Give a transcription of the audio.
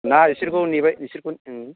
ना इसोरखौ नेबाय इसोरखौ उम